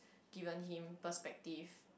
given him perspective